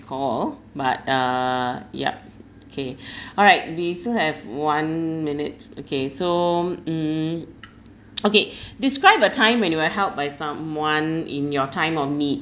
recall but uh yup kay alright we still have one minute okay so mm okay describe a time when you were helped by someone in your time of need